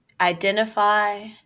identify